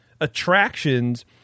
attractions